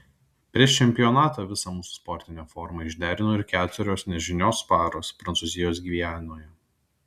prieš čempionatą visą mūsų sportinę formą išderino ir keturios nežinios paros prancūzijos gvianoje